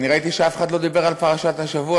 ראיתי שאף אחד לא דיבר על פרשת השבוע.